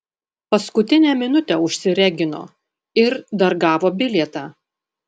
paskutinę minutę užsiregino ir dar gavo bilietą